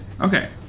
Okay